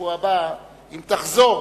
בשבוע הבא, אם תחזור